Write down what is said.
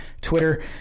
Twitter